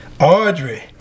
Audrey